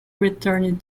returned